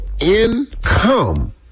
income